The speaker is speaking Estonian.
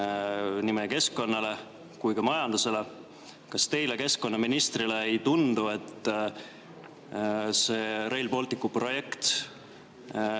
meie keskkonnale kui ka majandusele. Kas teile, keskkonnaministrile, ei tundu, et Rail Balticu projekt